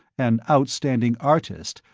an outstanding artist,